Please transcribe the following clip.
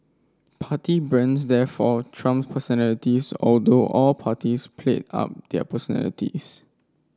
party brands therefore trumped personalities although all parties played up their personalities